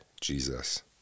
Jesus